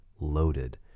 loaded